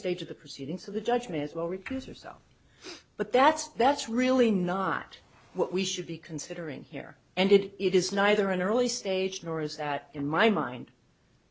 stage of the proceedings so the judge may as well replace herself but that's that's really not what we should be considering here and it is neither an early stage nor is that in my mind